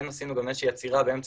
כן עשינו באמת איזה שהיא עצירה באמצע